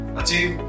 achieve